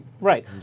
Right